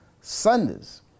Sundays